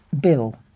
Bill